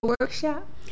workshop